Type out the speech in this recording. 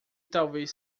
talvez